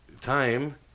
time